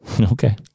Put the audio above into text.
Okay